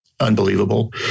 unbelievable